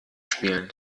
spielen